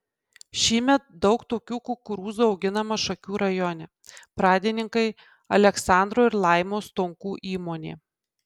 šįmet daug tokių kukurūzų auginama šakių rajone pradininkai aleksandro ir laimos stonkų įmonė